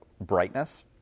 brightness